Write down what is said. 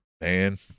man